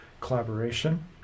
collaboration